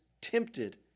tempted